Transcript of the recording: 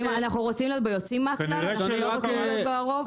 אנחנו רוצים להיות עם היוצאים מהכלל ולא להיות עם הרוב?